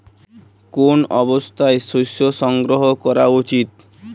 কোন অবস্থায় শস্য সংগ্রহ করা উচিৎ?